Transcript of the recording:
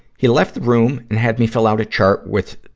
he left the room and had me fill out a chart with